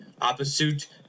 Opposite